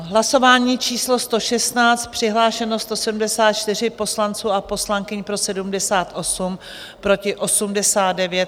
Hlasování číslo 116 přihlášeno 174 poslanců a poslankyň, pro 78, proti 89.